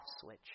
switch